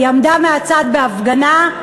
היא עמדה מהצד בהפגנה,